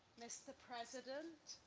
mr. president,